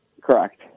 Correct